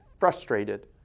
Frustrated